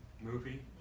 movie